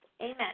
Amen